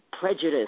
prejudice